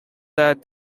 that